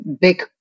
big